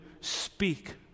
speak